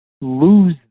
lose